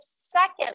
second